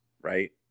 right